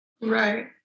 right